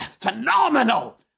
phenomenal